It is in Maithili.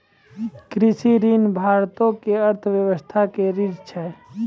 कृषि ऋण भारतो के अर्थव्यवस्था के रीढ़ छै